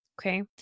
Okay